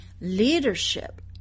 leadership